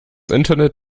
internet